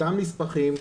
אותם נספחים,